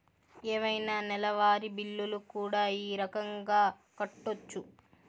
ఏవైనా నెలవారి బిల్లులు కూడా ఈ రకంగా కట్టొచ్చు